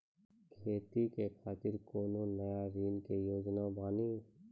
खेती के खातिर कोनो नया ऋण के योजना बानी?